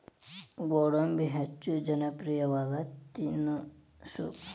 ಗೋಡಂಬಿ ಹೆಚ್ಚ ಜನಪ್ರಿಯವಾದ ತಿನಿಸು